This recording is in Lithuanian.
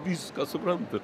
viską suprantu